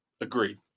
Agreed